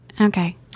Okay